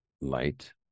light